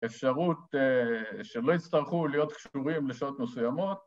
‫אפשרות שהם לא יצטרכו להיות ‫קשורים לשעות מסוימות.